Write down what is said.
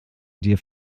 dir